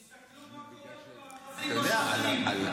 שיסתכלו מה קורה במאחזים בשטחים.